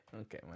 Okay